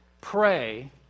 pray